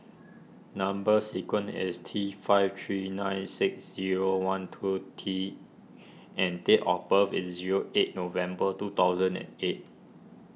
Number Sequence is T five three nine six zero one two T and date of birth is zero eight November two thousand and eight